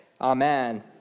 amen